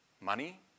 money